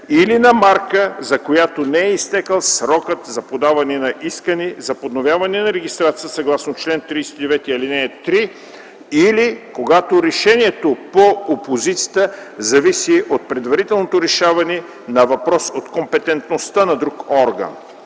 или на марка, за която не е изтекъл срокът за подаване на искане за подновяване на регистрацията съгласно чл. 39, ал. 3, или когато решението по опозицията зависи от предварителното решаване на въпрос от компетентността на друг орган.